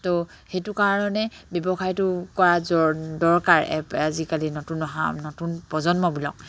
তো সেইটো কাৰণে ব্যৱসায়টো কৰা দৰকাৰ আজিকালি নতুন অহা নতুন